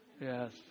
Yes